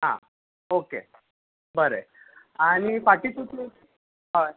आं ओके बरें आनी फाटीं तूं तूं हय